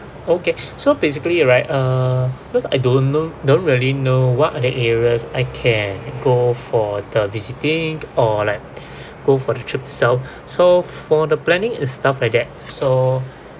okay so basically right uh because I don't know don't really know what are the areas I can go for the visiting or like go for the trip itself so for the planning and stuff like that so